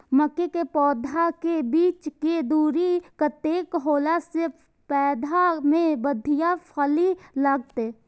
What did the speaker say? मके के पौधा के बीच के दूरी कतेक होला से पौधा में बढ़िया फली लगते?